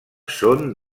són